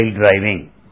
driving